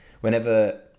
whenever